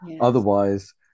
Otherwise